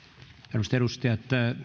arvoisat edustajat